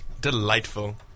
Delightful